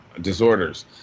disorders